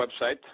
website